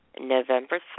November